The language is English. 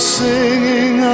singing